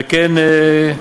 וכן,